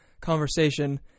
conversation